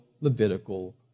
Levitical